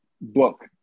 book